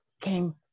came